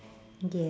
ya